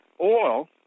oil